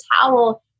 towel